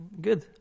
good